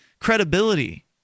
credibility